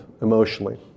emotionally